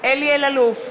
אלי אלאלוף,